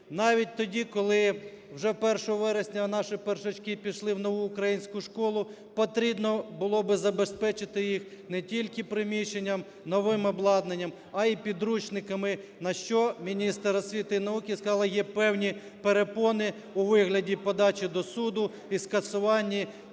Навіть тоді, коли вже 1 вересня наші першачки пішли в нову українську школу, потрібно було би забезпечити їх не тільки приміщенням, новим обладнанням, а і підручниками. На що міністр освіти і науки сказала: "Є певні перепони у вигляді подачі до суду і скасуванні